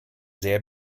sehr